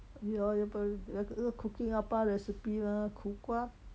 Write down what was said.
ya o~ ou~ cooking recipe mah 苦瓜